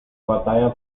batalla